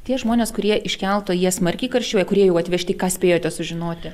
tie žmonės kurie iš kelto jie smarkiai karščiuoja kurie jau atvežti ką spėjote sužinoti